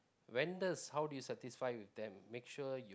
vendors how do you satisfy with them make sure you